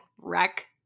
wreck